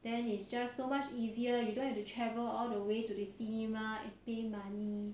then is just so much easier you don't have to travel all the way to the cinema and pay money